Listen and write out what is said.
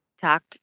talked